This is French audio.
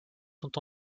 sont